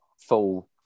full